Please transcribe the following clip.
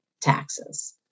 taxes